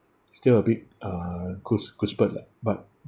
still a bit uh goose~ goosebump ah but